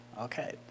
Okay